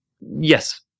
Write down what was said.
Yes